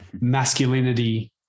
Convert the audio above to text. masculinity